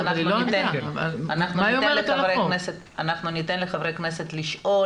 אנחנו ניתן לחברי הכנסת לשאול,